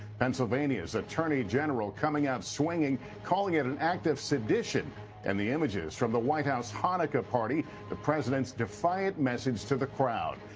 pennsylvania's attorney general coming out swinging calling it an act of sedition and the images from the white house hanukkah party the president's defiant message to the crowd.